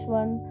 one